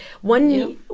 one